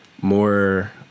more